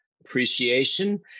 appreciation